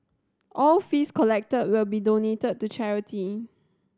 all fees collected will be donated to charity